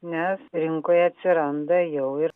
nes rinkoje atsiranda jau ir